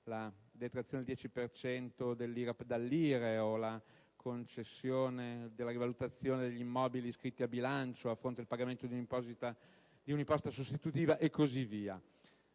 10 per cento dell'IRAP dall'IRE, o la concessione della rivalutazione degli immobili iscritti a bilancio a fronte del pagamento di un'imposta sostitutiva e così via.